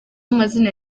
amazina